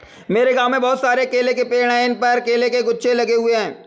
मेरे गांव में बहुत सारे केले के पेड़ हैं इन पर केले के गुच्छे लगे हुए हैं